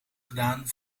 gedaan